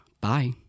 Bye